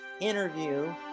interview